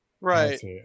right